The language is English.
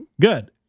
Good